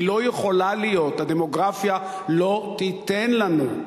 היא לא יכולה להיות, הדמוגרפיה לא תיתן לנו.